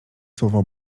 słowo